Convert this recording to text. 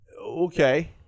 okay